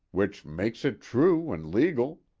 which makes it true an' legal.